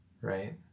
right